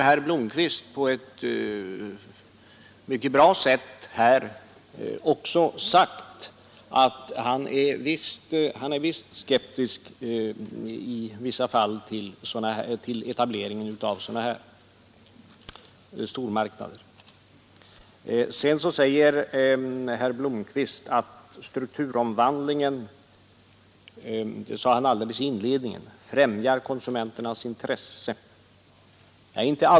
Herr Blomkvist har också uttryckt på ett mycket bra sätt att han visst är skeptisk i vissa fall till etableringen av sådana här stormarknader. Herr Blomkvist sade också — alldeles i inledningen av sitt anförande — att strukturomvandlingen främjar konsumenternas intresse.